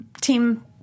Team